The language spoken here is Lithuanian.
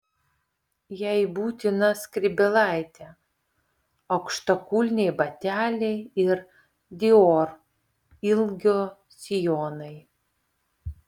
jai būtina skrybėlaitė aukštakulniai bateliai ir dior ilgio sijonai